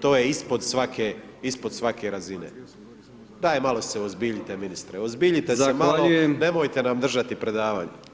to je ispod svake, ispod svake razine, daj malo se uozbiljite ministre, uozbiljite se [[Upadica: Zahvaljujem]] malo, nemojte nam držati predavanje.